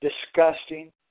disgusting